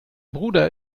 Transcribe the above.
bruder